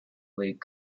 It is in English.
league